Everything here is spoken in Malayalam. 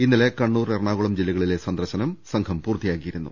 ഇന്നലെ കണ്ണൂർഎറണാകുളം ജില്ലകളിലെ സന്ദർശുനം സംഘം പൂർത്തി യാക്കിയിരുന്നു